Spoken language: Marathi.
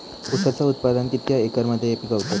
ऊसाचा उत्पादन कितक्या एकर मध्ये पिकवतत?